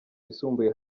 yisumbuye